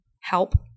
help